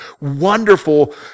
wonderful